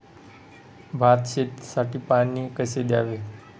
भात शेतीसाठी पाणी कसे द्यावे?